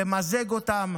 למזג אותם,